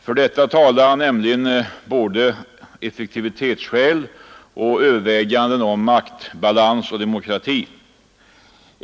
För detta talar nämligen både effektivitetsskäl och överväganden om maktbalans och demokrati.